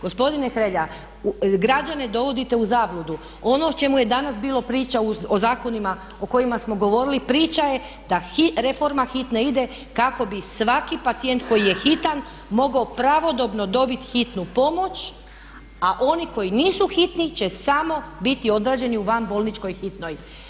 Gospodine Hrelja građane dovodite u zabludu, ono o čemu je danas bila priča o zakonima o kojima smo govorili priča je da reforma hitne ide kako svaki pacijent koji je hitan mogao pravodobno dobiti hitnu pomoć a oni koji nisu hitni će samo biti odrađeni u van bolničkoj hitnoj.